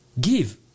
give